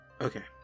Okay